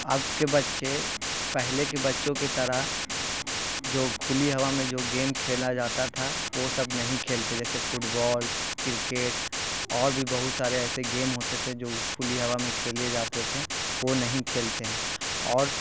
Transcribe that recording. اب کے بچے پہلے کے بچوں کے طرح جو کھلی ہوا میں جو گیم کھیلا جاتا تھا وہ سب نہیں کھیلتے جیسے فٹبال کرکٹ اور بھی بہت سارے ایسے گیم ہوتے تھے جو کھلی ہوا میں کھیلے جاتے تھے وہ نہیں کھیلتے ہیں اور